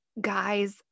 guys